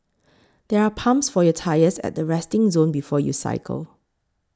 there are pumps for your tyres at the resting zone before you cycle